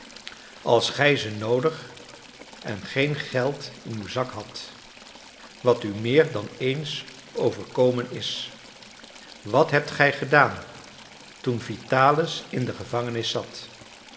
als gij ze noodig en geen geld in uw zak hadt wat u meer dan eens overkomen is wat hebt gij gedaan toen vitalis in de gevangenis zat